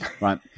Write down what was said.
Right